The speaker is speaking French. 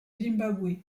zimbabwe